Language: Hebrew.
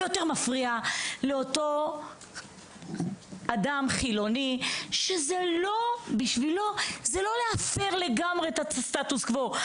יותר מפריע לאותו אדם חילוני שבשבילו זה לא להפר לגמרי את סטטוס קוו.